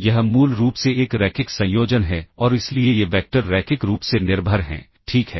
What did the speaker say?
यह मूल रूप से एक रैखिक संयोजन है और इसलिए ये वैक्टर रैखिक रूप से निर्भर हैं ठीक है